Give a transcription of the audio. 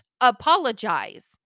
apologize